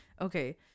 Okay